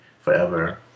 forever